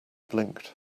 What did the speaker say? blinked